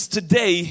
today